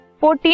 14